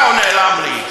מה הוא נעלם לי?